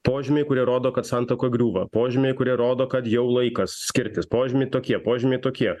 požymiai kurie rodo kad santuoka griūva požymiai kurie rodo kad jau laikas skirtis požymiai tokie požymiai tokie